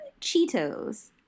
Cheetos